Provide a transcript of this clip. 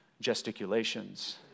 gesticulations